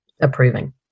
approving